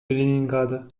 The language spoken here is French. léningrad